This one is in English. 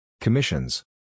Commissions